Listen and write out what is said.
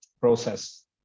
process